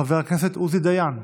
חבר הכנסת עוזי דיין,